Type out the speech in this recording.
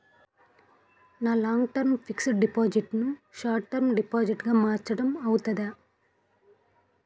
నా long term fixed deposit ను short term deposit గా మార్చటం అవ్తుందా?